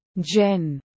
Jen